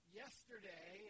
yesterday